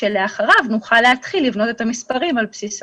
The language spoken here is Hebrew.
שלאחריו נוכל להתחיל לבנות את המספרים על בסיסו.